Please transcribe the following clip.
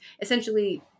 essentially